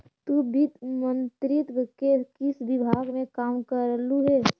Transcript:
तु वित्त मंत्रित्व के किस विभाग में काम करलु हे?